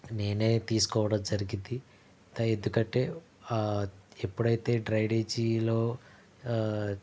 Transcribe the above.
నేనే తీసుకోవడం జరిగింది ఇదంతా ఎందుకంటే ఎప్పుడైతే డ్రైనేజీలో